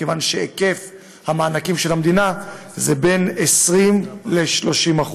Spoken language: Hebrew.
מכיוון שהיקף המענקים של המדינה הוא בין 20% ל-30%.